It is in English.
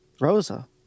rosa